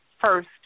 first